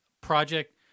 project